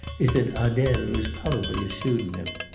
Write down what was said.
is that adele was probably a pseudonym.